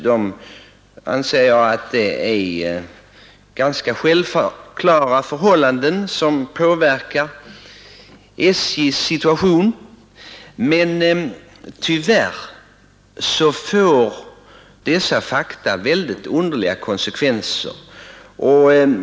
Det är fråga om ganska självklara förhållanden som påverkar SJ:s situation, men tyvärr får dessa fakta mycket underliga konsekvenser.